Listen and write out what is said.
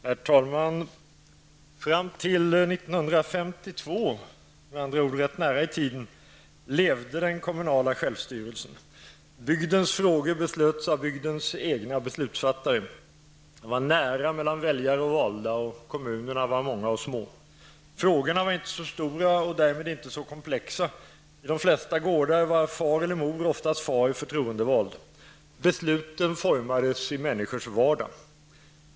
Herr talman! Fram till år 1952, med andra ord rätt nära i tiden, levde den kommunala självstyrelsen. Bygdens frågor beslöts av bygdens egna beslutsfattare. Det var nära mellan väljare och valda. Kommunerna var många och små. Frågorna var inte så stora och därmed inte så komplexa. I de flesta gårdar var far eller mor, oftast far, förtroendevald. Besluten formades i människors vardag.